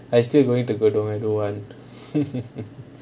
I still going to tekong I don't whether one